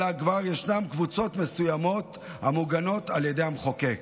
אלא כבר ישנן קבוצות מסוימות המוגנות על ידי המחוקק.